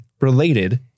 related